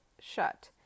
shut